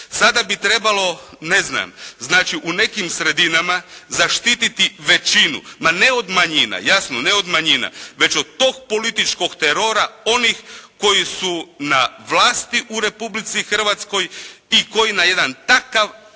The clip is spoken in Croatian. Sada bi trebalo ne znam, znači u nekim sredinama zaštititi većinu ma ne od manjina. Jasno ne od manjina, već od tog političkog terora onih kojih su na vlasti u Republici Hrvatskoj i koji na jedan takav